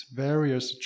various